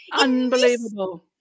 Unbelievable